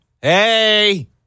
Hey